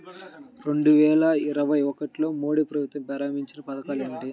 రెండు వేల ఇరవై ఒకటిలో మోడీ ప్రభుత్వం ప్రారంభించిన పథకాలు ఏమిటీ?